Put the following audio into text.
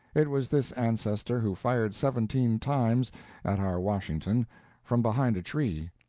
it was this ancestor who fired seventeen times at our washington from behind a tree.